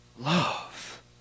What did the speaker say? love